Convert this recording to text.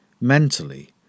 mentally